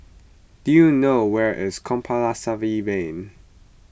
do you know where is Compassvale Lane